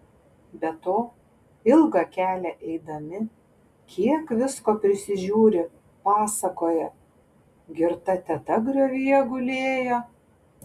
be to ilgą kelią eidami kiek visko prisižiūri pasakoja girta teta griovyje gulėjo